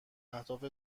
اهداف